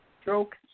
stroke